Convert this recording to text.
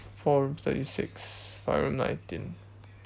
four room thirty six five room nineteen